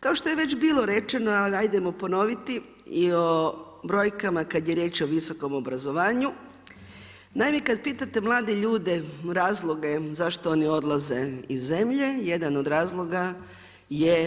Kao što je već bilo rečeno, ali hajdemo ponoviti i o brojkama kada je riječ o visokom obrazovanju, naime kada pitate mlade ljude razloge zašto oni odlaze iz zemlje, jedan od razloga je